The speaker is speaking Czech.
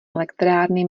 elektrárny